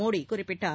மோடி குறிப்பிட்டார்